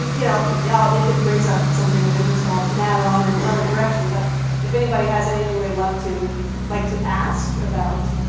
you know yeah if it brings up something of interest i'll natter on in another direction, but if anybody has anything that love to like to ask about.